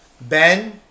Ben